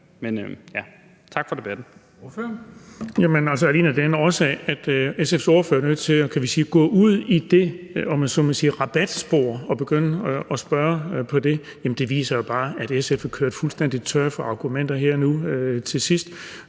Tak for debatten.